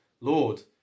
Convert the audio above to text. Lord